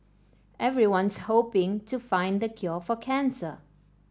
everyone's hoping to find the cure for cancer